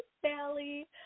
Sally